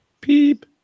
peep